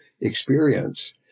experience